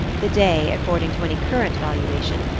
the day, according to any current valuation,